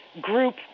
group